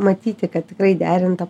matyti kad tikrai derinta